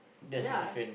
ya